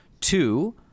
two